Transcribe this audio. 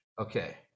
Okay